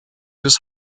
des